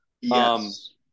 Yes